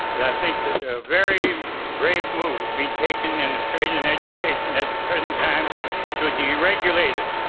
but i think that there are very brave moves being taken in australian and education at the present time to deregulate it,